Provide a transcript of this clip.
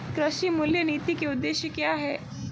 कृषि मूल्य नीति के उद्देश्य क्या है?